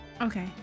Okay